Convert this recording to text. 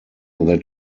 that